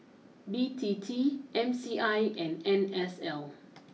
B T T M C I and N S L